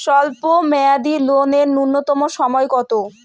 স্বল্প মেয়াদী লোন এর নূন্যতম সময় কতো?